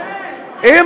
כי אתה מיעוט במדינה הזאת.